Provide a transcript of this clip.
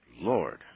Lord